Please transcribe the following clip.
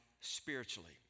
spiritually